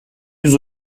yüz